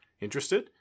Interested